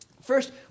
First